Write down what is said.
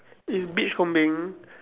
is beach combing